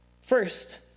First